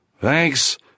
Thanks